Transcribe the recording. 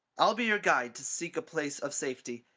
i'll be your guide to seek a place of safety,